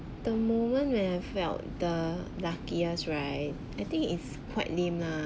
the moment I have felt the luckiest right I think it's quite lame lah